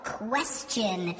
question